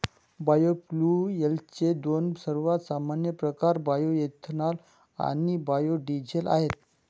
बायोफ्युएल्सचे दोन सर्वात सामान्य प्रकार बायोएथेनॉल आणि बायो डीझेल आहेत